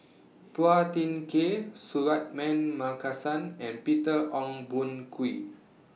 Phua Thin Kiay Suratman Markasan and Peter Ong Boon Kwee